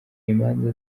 imanza